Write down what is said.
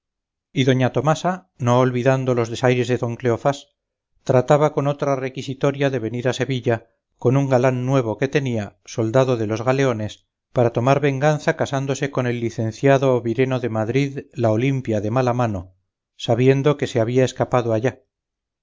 y doña tomasa no olvidando los desaires de don cleofás trataba con otra requisitoria de venir a sevilla con un galán nuevo que tenía soldado de los galeones para tomar venganza casándose con el licenciado vireno de madrid la olimpia de mala mano sabiendo que se había escapado allá